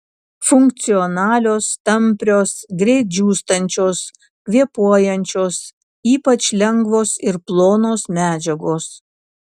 funkcionalios tamprios greit džiūstančios kvėpuojančios ypač lengvos ir plonos medžiagos